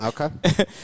Okay